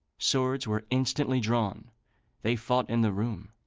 swords were instantly drawn they fought in the room.